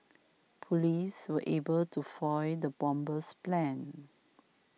police were able to foil the bomber's plans